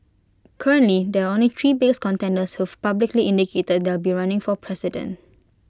currently there are only three big contenders who've publicly indicated that they'll be running for president